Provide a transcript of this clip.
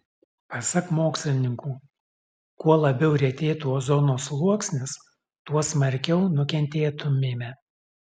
pasak mokslininkų kuo labiau retėtų ozono sluoksnis tuo smarkiau nukentėtumėme